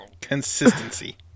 Consistency